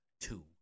Two